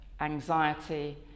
anxiety